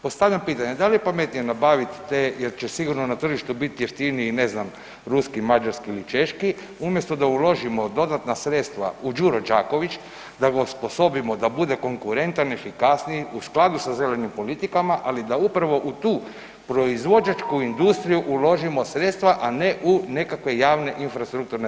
Postavljam pitanje, da li je pametnije nabaviti te jer će sigurno na tržištu biti jeftiniji, ne znam, ruski, mađarski ili češki umjesto da uložimo dodatna sredstva u Đuro Đaković, da ga osposobimo da bude konkurentan, efikasniji, u skladu sa zelenim politikama, ali da upravo u tu proizvođačku industriju uložimo sredstva a ne u nekakve javne infrastrukturne radove.